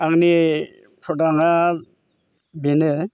आंनि प्रडाना बेनो